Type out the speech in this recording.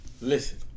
Listen